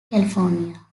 california